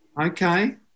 Okay